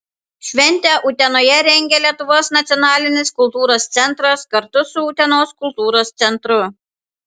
šventę utenoje rengia lietuvos nacionalinis kultūros centras kartu su utenos kultūros centru